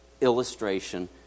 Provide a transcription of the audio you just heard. illustration